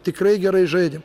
tikrai gerai žaidėm